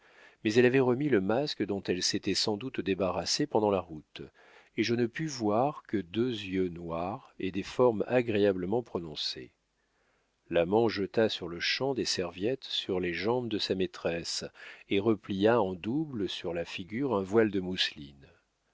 mais elle avait remis le masque dont elle s'était sans doute débarrassée pendant la route et je ne pus voir que deux yeux noirs et des formes agréablement prononcées l'amant jeta sur-le-champ des serviettes sur les jambes de sa maîtresse et replia en double sur la figure un voile de mousseline